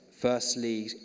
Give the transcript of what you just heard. firstly